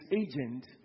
agent